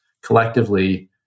collectively